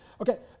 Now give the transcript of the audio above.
Okay